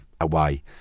away